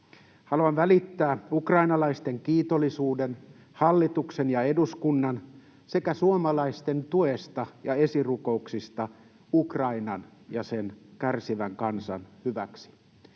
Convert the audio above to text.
Haluan välittää ukrainalaisten kiitollisuuden hallituksen ja eduskunnan sekä suomalaisten tuesta ja esirukouksista Ukrainan ja sen kärsivän kansan hyväksi.